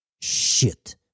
Shit